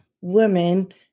women